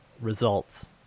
results